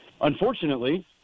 unfortunately